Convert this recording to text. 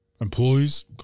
employees